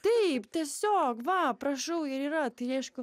taip tiesiog va prašau ir yra tai aišku